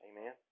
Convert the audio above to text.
Amen